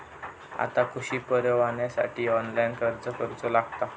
आता कृषीपरवान्यासाठी ऑनलाइन अर्ज करूचो लागता